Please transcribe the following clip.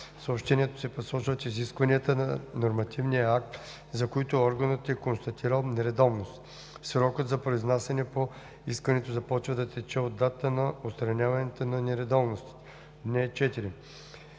съобщението се посочват изискванията на нормативния акт, за които органът е констатирал нередовност. Срокът за произнасяне по искането започва да тече от датата на отстраняване на нередовностите.